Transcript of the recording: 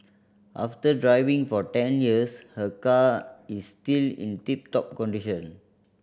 after driving for ten years her car is still in tip top condition